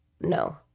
no